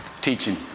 teaching